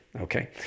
Okay